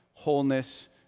wholeness